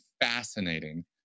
fascinating